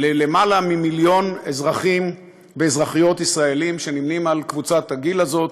ללמעלה ממיליון אזרחים ואזרחיות ישראלים שנמנים עם קבוצת הגיל הזאת,